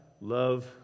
love